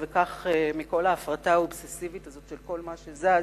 וכך, מכל ההפרטה האובססיבית הזאת של כל מה שזז,